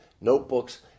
notebooks